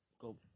go